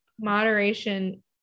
Moderation